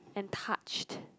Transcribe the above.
and touched